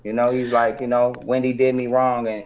you know, he's like, you know, wendy did me wrong, and,